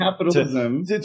capitalism